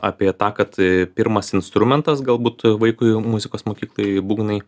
apie tą kad pirmas instrumentas galbūt vaikui muzikos mokykloj būgnai